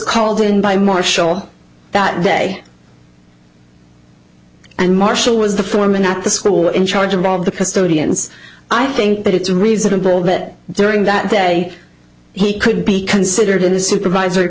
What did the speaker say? called in by marshall that day and marshall was the foreman at the school in charge of all of the custodians i think that it's reasonable that during that day he could be considered in a supervisory